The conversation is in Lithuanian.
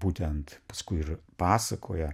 būtent paskui ir pasakoja